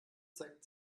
zeigt